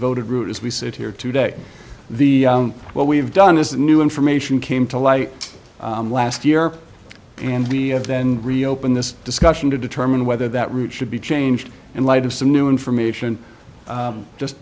voted route as we sit here today the what we've done is new information came to light last year and the of then reopened this discussion to determine whether that route should be changed in light of some new information just